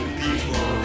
people